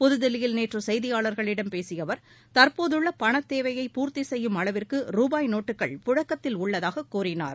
புதுதில்லியில் நேற்று செய்தியாளாகளிடம் பேசிய அவா் தற்போதுள்ள பணத்தேவையை பூர்த்தி செய்யும் அளவிற்கு ரூபாய் நோட்டுக்கள் பழக்கத்தில் உள்ளதாக கூறினார்